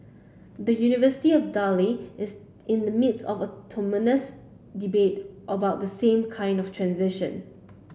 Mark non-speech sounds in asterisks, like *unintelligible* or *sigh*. the University of Delhi is in the midst of a *unintelligible* debate about the same kind of transition